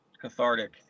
cathartic